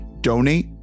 donate